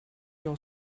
your